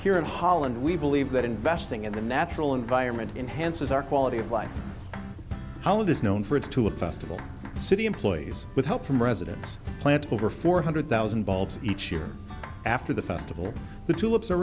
here in holland we believe that investing in the natural environment enhanced our quality of life how it is known for its to a festival city employees with help from residents plant over four hundred thousand bulbs each year after the festival the tulips are